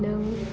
नों